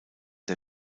der